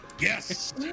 Yes